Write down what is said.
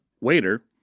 waiter